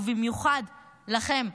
ובמיוחד לכם,